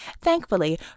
Thankfully